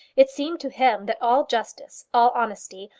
it seemed to him that all justice, all honesty,